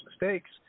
mistakes